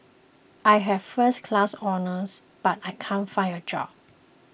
I have first class honours but I can't find a job